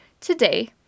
Today